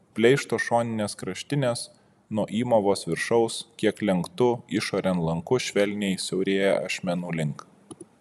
pleišto šoninės kraštinės nuo įmovos viršaus kiek lenktu išorėn lanku švelniai siaurėja ašmenų link